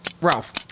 Ralph